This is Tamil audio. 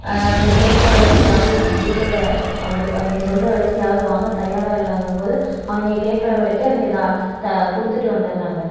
அவங்க கேட்குற விலைக்கி யாரும் கொடுக்கறத அவர் அவங்க சொல்கிற விலைக்கி யாரும் வாங்க தயாராக இல்லைங்கம்போது அவங்க கேட்குற விலைக்கே அவங்க த தான் கொடுத்துட்டு வந்தடுறாங்க